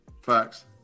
Facts